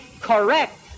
correct